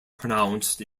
pronounced